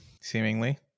seemingly